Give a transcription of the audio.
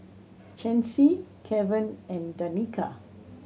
Chancy Keven and Danica